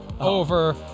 over